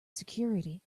security